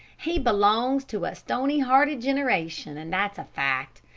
he belongs to a stony-hearted generation, and that's a fact.